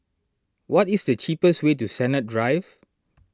what is the cheapest way to Sennett Drive